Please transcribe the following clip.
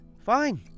fine